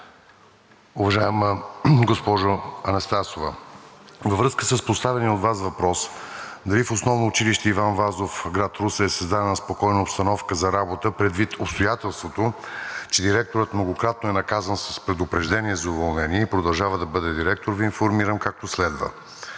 Уважаема госпожо Анастасова, във връзка с поставения от Вас въпрос дали в Основно училище „Иван Вазов“, град Русе, е създадена спокойна обстановка за работа, предвид обстоятелството, че директорът многократно е наказван с предупреждение за уволнение и продължава да бъде директор, Ви информирам както следва: